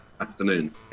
afternoon